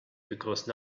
because